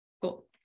cool